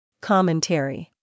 Commentary